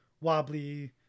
wobbly